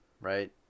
right